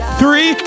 three